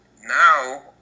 now